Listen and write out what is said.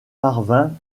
parvint